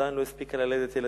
עדיין לא הספיקה ללדת ילדים,